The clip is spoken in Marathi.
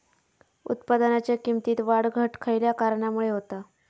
उत्पादनाच्या किमतीत वाढ घट खयल्या कारणामुळे होता?